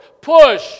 Push